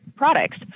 products